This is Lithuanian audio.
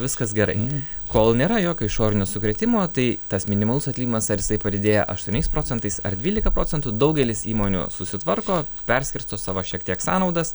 viskas gerai kol nėra jokio išorinio sukrėtimo tai tas minimalus atlyginimas ar jisai padidėja aštuoniais procentais ar dvylika procentų daugelis įmonių susitvarko perskirsto savo šiek tiek sąnaudas